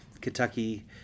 Kentucky